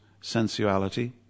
sensuality